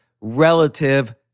relative